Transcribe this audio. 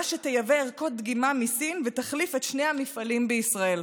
שתייבא ערכות דגימה מסין ותחליף את שני המפעלים בישראל.